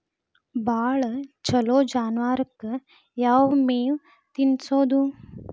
ಭಾಳ ಛಲೋ ಜಾನುವಾರಕ್ ಯಾವ್ ಮೇವ್ ತಿನ್ನಸೋದು?